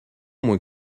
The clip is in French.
moins